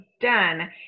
done